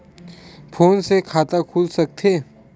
Phone से खाता खुल सकथे?